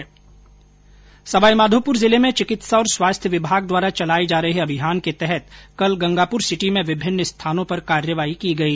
सवाई माघोपुर जिले में चिकित्सा और स्वास्थ्य विमाग द्वारा चलाए जा रहे अभियान के तहत कल गंगापुर सिटी में विभिन्न स्थानों पर कार्यवाही की गई